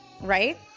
Right